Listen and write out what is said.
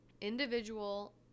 individual